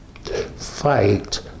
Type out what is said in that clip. Fight